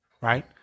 Right